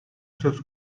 söz